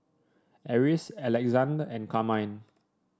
Eris Alexande and Carmine